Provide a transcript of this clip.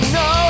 no